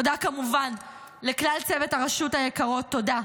תודה כמובן לכלל צוות הרשות היקרות, תודה.